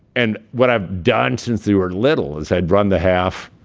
and what i've done since they were little is i'd run the half,